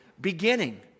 beginning